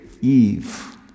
Eve